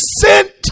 sent